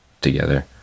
together